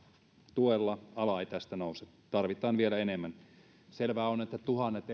tuella ala ei tästä nouse tarvitaan vielä enemmän selvää on että tuhannet